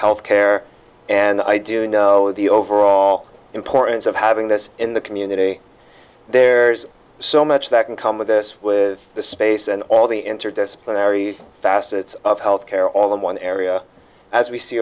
health care and i do know the overall importance of having this in the community there's so much that can come of this with the space and all the interdisciplinary facets of health care all in one area as we see